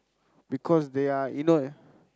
because they are you know